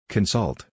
Consult